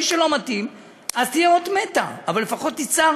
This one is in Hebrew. מי שלא מתאים, זו תהיה אות מתה, אבל לפחות הצהרנו.